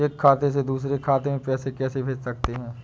हम एक खाते से दूसरे खाते में पैसे कैसे भेज सकते हैं?